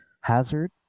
hazard